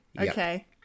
Okay